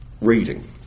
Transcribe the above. reading